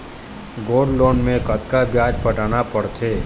Gold loan मे कतका ब्याज पटाना पड़थे?